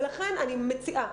ולכן אני מציעה